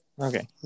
Okay